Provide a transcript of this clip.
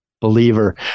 Believer